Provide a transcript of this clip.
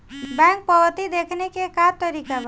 Bank पवती देखने के का तरीका बा?